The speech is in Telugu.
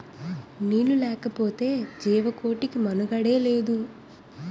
నీళ్లు లేకపోతె జీవకోటికి మనుగడే లేదు